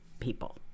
people